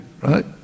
right